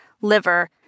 liver